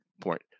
point